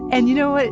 and you know what?